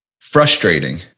frustrating